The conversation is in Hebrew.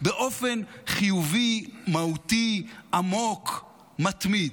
באופן חיובי, מהותי, עמוק, מתמיד.